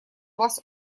вас